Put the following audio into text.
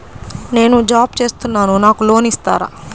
నేను జాబ్ చేస్తున్నాను నాకు లోన్ ఇస్తారా?